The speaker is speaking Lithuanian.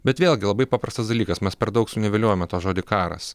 bet vėlgi labai paprastas dalykas mes per daug suniveliuojame tą žodį karas